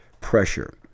pressure